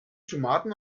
tomaten